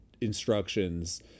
instructions